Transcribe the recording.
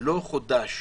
לא חודש